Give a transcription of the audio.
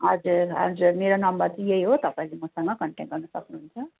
हजुर हजुर मेरो नम्बर चाहिँ यही हो तपाईँले मसगँ कन्ट्याक गर्न सक्नुहुन्छ